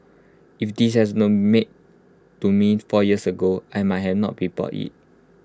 if this has known made to me four years ago I might have not be bought IT